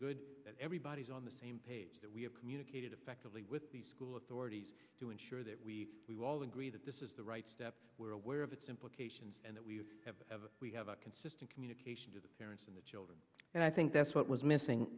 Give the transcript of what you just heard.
good that everybody's on the same page that we have communicated effectively with the school authorities to ensure that we all agree that this is the right step we're aware of its implications and that we have to have a we have a consistent communication to the parents and the children and i think that's what was missing